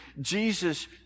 Jesus